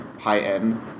high-end